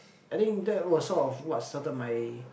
I think that was sort of what started my